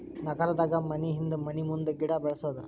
ನಗರದಾಗ ಮನಿಹಿಂದ ಮನಿಮುಂದ ಗಿಡಾ ಬೆಳ್ಸುದು